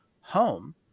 home